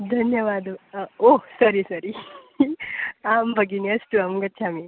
धन्यवादो ओ sorry sorry आम् भगिनी अस्तु अहं गच्छामि